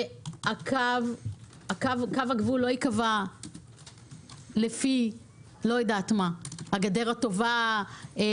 קו הגבול לא ייקבע לפי הגדר הטובה או